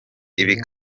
ibi